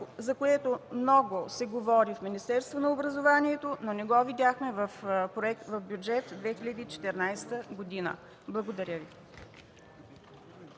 за което много се говори в Министерството на образованието, но не го видяхме в Бюджет 2014 г. Благодаря Ви.